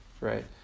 right